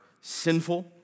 sinful